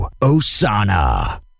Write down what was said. Osana